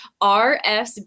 RSB